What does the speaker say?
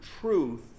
truth